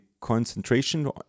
concentration